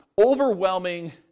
overwhelming